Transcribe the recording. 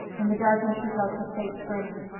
in the darkness she felt her face burning.